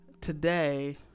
today